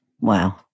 Wow